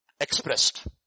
Expressed